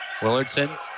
Willardson